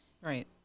Right